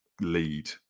lead